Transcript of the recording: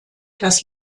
das